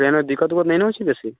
ट्रेनमे दिक्कत उक्कत नहि ने होइ छै बेसी